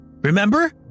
Remember